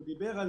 הוא דיבר על